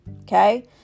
okay